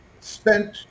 spent